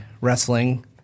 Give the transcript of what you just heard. wrestling